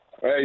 Hey